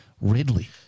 Ridley